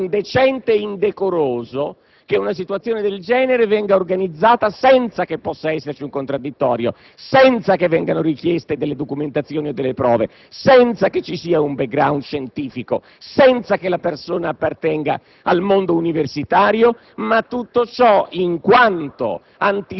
ma è indecente e indecoroso che un incontro del genere venga organizzato senza che vi sia un contraddittorio, senza che vengano richieste delle documentazioni o delle prove, senza che vi sia un *background* scientifico, senza che la persona appartenga al mondo universitario e tutto ciò, in quanto